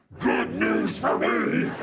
news for me.